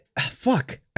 fuck